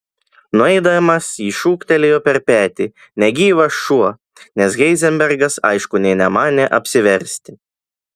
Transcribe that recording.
nueidamas jį šūktelėjo per petį negyvas šuo nes heizenbergas aišku nė nemanė apsiversti